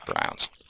Browns